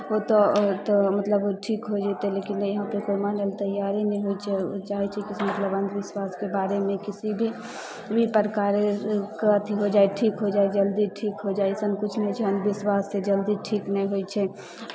होतौ तऽ मतलब ठीक होय जयतै लेकिन नहि यहाँ कोइ मानय लेल तैयारे नहि होइ छै ओ चाहै छै की से मतलब अन्धविश्वासके बारेमे किसी भी प्रकारे ओकरा अथी होय जाय ठीक जल्दी ठीक होय जाय अइसन किछु नहि छै अन्धविश्वाससँ जल्दी ठीक नहि होइ छै